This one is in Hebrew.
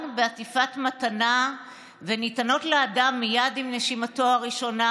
בעטיפת מתנה וניתנות לאדם מייד עם נשימתו הראשונה?